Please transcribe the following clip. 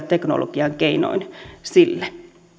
teknologian keinoin uusia mahdollisuuksia sille